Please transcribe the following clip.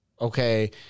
okay